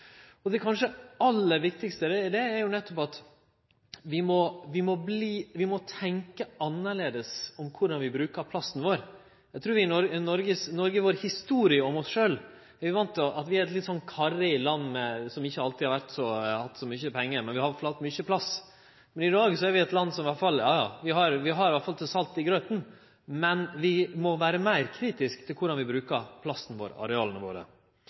Det kanskje aller viktigaste er nettopp at vi må tenkje annleis om korleis vi brukar plassen vår. Eg trur at når det gjeld Noreg og historia om oss sjølve, har vi vore vane med å tenkje at vi er eit karrig land som ikkje alltid har hatt så mykje pengar, men vi har i alle fall alltid hatt mykje plass. Men i dag er vi eit land som i alle fall har til salt i grauten, men vi må vere meir kritiske til korleis vi brukar plassen vår, areala våre.